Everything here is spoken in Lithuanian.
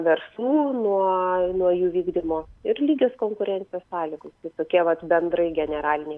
verslų nuuoo nuo jų vykdymo ir lygios konkurencijos sąlygos tai tokie vat bendrai generaliniai